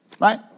right